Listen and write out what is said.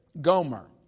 Gomer